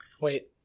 Wait